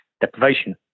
deprivation